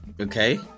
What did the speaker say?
Okay